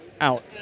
out